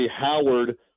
Howard